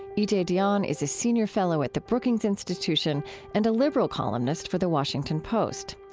e j. dionne is a senior fellow at the brookings institution and a liberal columnist for the washington post.